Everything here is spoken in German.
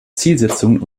zielsetzungen